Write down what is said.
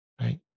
right